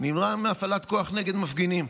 נמנע מהפעלת כוח נגד מפגינים.